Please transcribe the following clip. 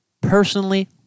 personally